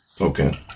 okay